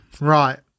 Right